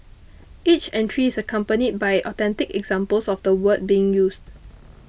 each entry is accompanied by authentic examples of the word being used